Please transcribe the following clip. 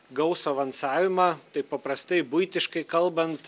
gaus avansavimą taip paprastai buitiškai kalbant